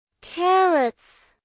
Carrots